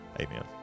Amen